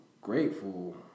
grateful